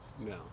No